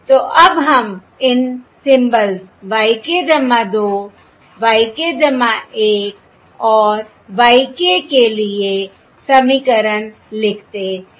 तो अब हम इन symbols y k 2 y k 1 और y k के लिए समीकरण लिखते हैं